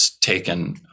taken